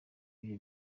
ibihe